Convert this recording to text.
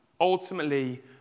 ultimately